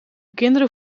kinderen